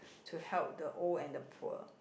to help the old and the poor